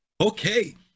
Okay